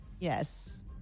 Yes